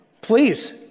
please